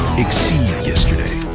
exceed yesterday,